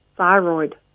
thyroid